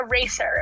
eraser